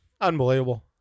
Unbelievable